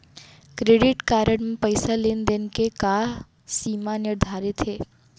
Credit card म पइसा लेन देन के का सीमा निर्धारित हे?